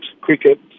cricket